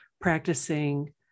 practicing